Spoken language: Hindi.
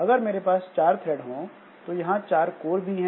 अगर मेरे पास 4 थ्रेड हो तो यहां 4 कोर भी हैं